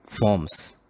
forms